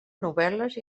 novel·les